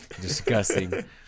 Disgusting